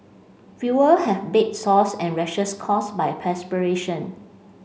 fewer have bed sores and rashes caused by perspiration